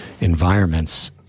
environments